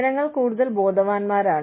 ജനങ്ങൾ കൂടുതൽ ബോധവാന്മാരാണ്